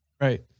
Right